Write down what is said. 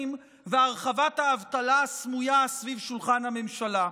והרחבת האבטלה הסמויה סביב שולחן הממשלה.